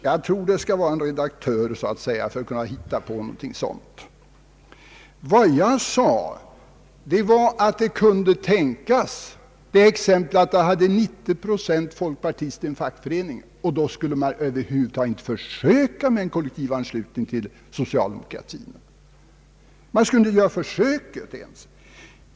Jag tror att man måste vara redak tör för att hitta på någonting sådant. Vad jag sade var, att det kunde tänkas ett fall där det fanns 90 procent folkpartister i en fackförening och att man då över huvud taget inte skulle försöka med en kollektivanslutning till socialdemokratin. Man skulle inte göra ett försök ens.